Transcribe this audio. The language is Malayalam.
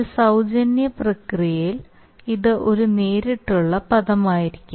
ഒരു സൌജന്യ പ്രക്രിയയിൽ ഇത് ഒരു നേരിട്ടുള്ള പദമായിരിക്കും